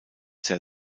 sehr